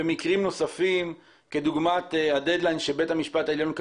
או עורכת הדין גליה ניצני.